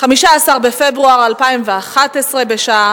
15 בפברואר 2011,